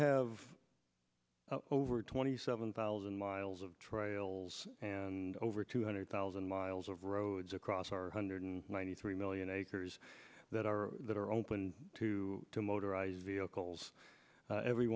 have over twenty seven thousand miles of trails and over two hundred thousand miles of roads across our hundred ninety three million acres that are that are open to motorized vehicles every